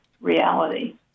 reality